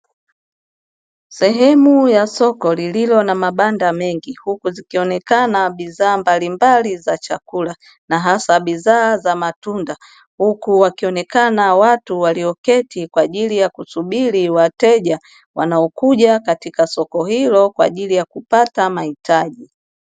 Sehemu ya soko lililo na mabanda mengi , huku zikionekana bidhaa mbalimbali za chakula na hasa bidhaa za matunda. Huku wakionekana watu walioketi kwa ajili ya kusubiri wateja wanaokuja katika soko hilo kwa ajili ya kupata mahitaji.